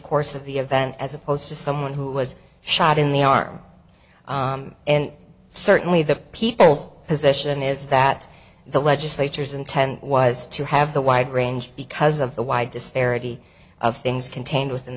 course of the event as opposed to someone who was shot in the arm and certainly the people's position is that the legislature's intent was to have the wide range because of the wide disparity of things contained within